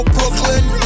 Brooklyn